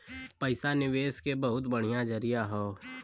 पइसा निवेस के बहुते बढ़िया जरिया हौ